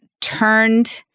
turned